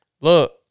look